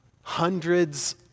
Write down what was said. hundreds